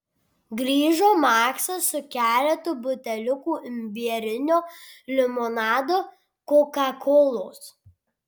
grįžo maksas su keletu buteliukų imbierinio limonado kokakolos